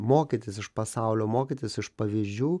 mokytis iš pasaulio mokytis iš pavyzdžių